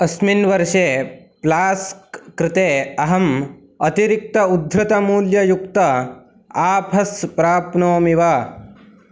अस्मिन् वर्षे प्लास्क् कृते अहम् अतिरिक्त उद्धृतमूल्ययुक्त आफर्स् प्राप्नोमि वा